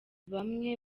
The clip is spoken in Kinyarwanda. bamwe